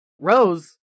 Rose